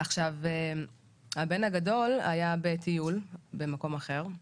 עכשיו, הבן הגדול היה בטיול במקום אחר,